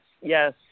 yes